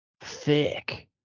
thick